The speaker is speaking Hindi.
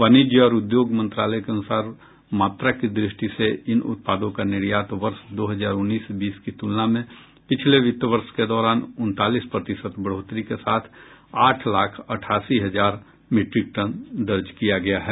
वाणिज्य और उद्योग मंत्रालय के अनुसार मात्रा की दृष्टि से इन उत्पादों का निर्यात वर्ष दो हजार उन्नीस बीस की तुलना में पिछले वित्त वर्ष के दौरान उनतालीस प्रतिशत बढ़ोतरी के साथ आठ लाख अठासी हजार मीट्रिक टन दर्ज किया गया है